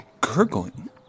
gurgling